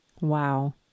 Wow